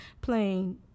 playing